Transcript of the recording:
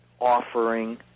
offering